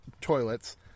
toilets